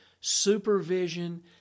supervision